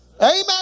amen